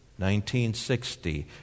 1960